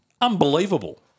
unbelievable